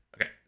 Okay